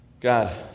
God